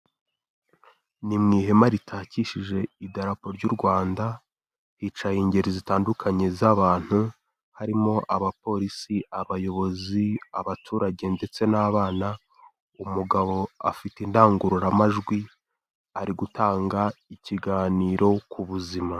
Ni mu ihema ritakishije idarapo ry'u Rwanda, hicaye ingeri zitandukanye z'abantu harimo abapolisi, abayobozi, abaturage ndetse n'abana, umugabo afite indangururamajwi ari gutanga ikiganiro ku buzima.